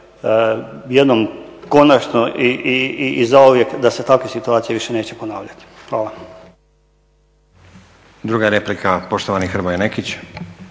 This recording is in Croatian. jednom konačno i zauvijek da se takve situacije više neće ponavljati. Hvala. **Stazić, Nenad (SDP)** Druga replika, poštovani Hrvoje Nekić.